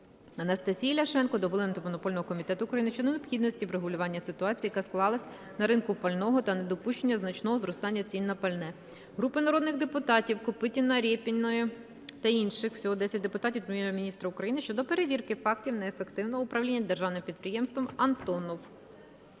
Анастасії Ляшенко до Голови Антимонопольного комітету України щодо необхідності врегулювання ситуації, яка склалась на ринку пального, та недопущення значного зростання цін на пальне. Групи народних депутатів (Копитіна, Рєпіної та інших. Всього 10 депутатів) до Прем'єр-міністра України щодо перевірки фактів неефективного управління Державним підприємством "Антонов".